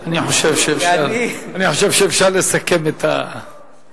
לא, אני חושב שאפשר לסכם את הדיון.